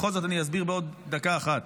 בכל זאת, אני אסביר בעוד דקה אחת.